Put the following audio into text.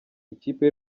ikipe